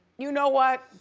you know what,